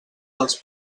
dels